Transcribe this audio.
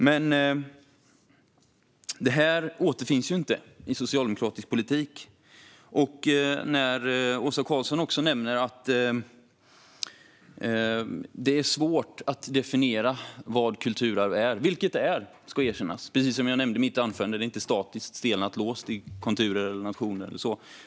Men detta återfinns inte i socialdemokratisk politik. Åsa Karlsson nämner att det är svårt att definiera vad kulturarv är. Jag ska erkänna att det är det. Precis som jag nämnde i mitt anförande är det inte statiskt, stelnat och låst i konturer, nationer och så vidare.